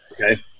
okay